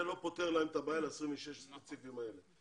זה לא פותר להם את הבעיה ל-26 הספציפיים האלה.